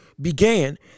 began